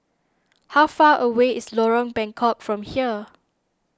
how far away is Lorong Bengkok from here